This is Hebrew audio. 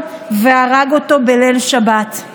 סלטי,